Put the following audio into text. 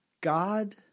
God